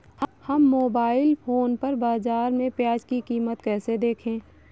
हम mobile phone पर बाज़ार में प्याज़ की कीमत कैसे देखें?